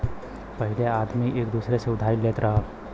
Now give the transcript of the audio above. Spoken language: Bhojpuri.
पहिले आदमी एक दूसर से उधारी लेत रहल